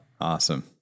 Awesome